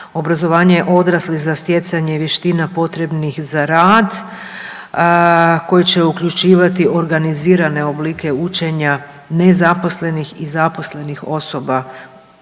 obrazovanje odraslih za stjecanje vještina potrebnih za rad koji će uključivati organizirane oblike učenja nezaposlenih i zaposlenih osoba,